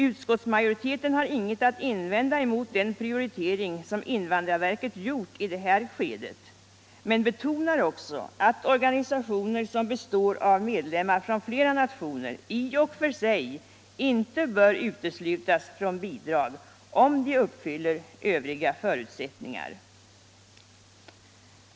Utskotltsmajoriteten har inget att invända mot den prioritering som invandrarverket gjort i det här skedet men betonar att organisationer som består av medlemmar från flera nationer i och för sig inte bör uteslutas från bidrag om de uppfyller övriga förutsättningar.